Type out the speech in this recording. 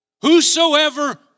Whosoever